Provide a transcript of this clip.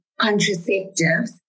contraceptives